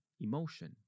emotion